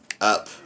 Up